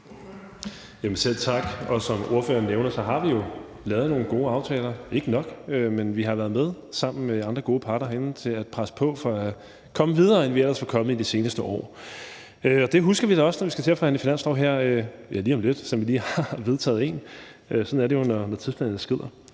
ordføreren nævner, har vi jo lavet nogle gode aftaler, ikke nok, men vi har sammen med andre gode parter herinde været med til at presse på for at komme videre, end vi ellers var kommet, i det seneste år. Det husker vi også, når vi skal til at forhandle finanslov her lige om lidt, selv om vi lige har vedtaget en. Sådan er det jo, når tidsplanen skrider.